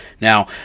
Now